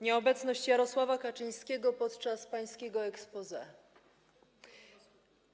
Nieobecność Jarosława Kaczyńskiego podczas pańskiego exposé